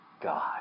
God